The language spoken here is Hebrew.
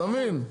אתה מבין?